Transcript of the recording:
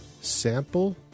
sample